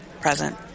present